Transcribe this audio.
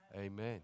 Amen